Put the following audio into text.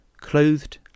clothed